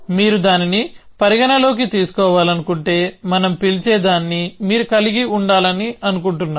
మీరు దానిని పరిగణనలోకి తీసుకోవాలనుకుంటే మనం పిలిచే దాన్ని మీరు కలిగి ఉండాలను కుంటున్నారు